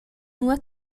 nua